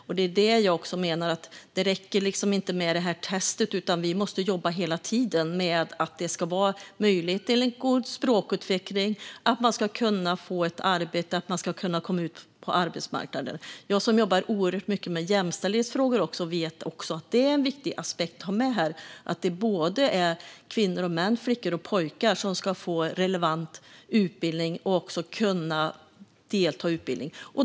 Och jag menar att det inte räcker med ett prov, utan vi måste jobba hela tiden med att göra det möjligt till en god språkutveckling så att man ska kunna få ett arbete och komma ut på arbetsmarknaden. Jag som jobbar oerhört mycket med jämställdhetsfrågor också vet att jämställdhet är en viktig aspekt att ta med här. Det är både kvinnor och män, flickor och pojkar som ska få relevant utbildning och också kunna delta i utbildning.